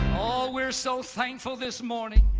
we're so thankful this morning.